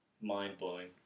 mind-blowing